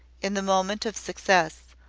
in the moment of success,